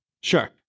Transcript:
Sure